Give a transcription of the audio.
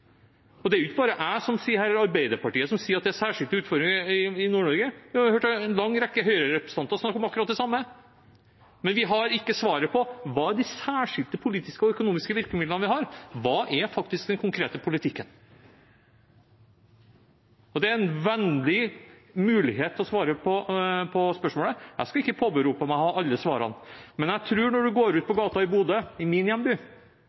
Det er jo ikke bare jeg eller Arbeiderpartiet som sier at det er særskilte utfordringer i Nord-Norge. Vi har hørt en lang rekke høyrerepresentanter snakke om akkurat det samme. Men vi har ikke svaret på: Hva er de særskilte politiske og økonomiske virkemidlene vi har? Hva er den konkrete politikken? Det er en vennlig mulighet til å svare på spørsmålet. Jeg skal ikke påberope meg å ha alle svarene. Men jeg tror at når man går ut på gata i Bodø, i min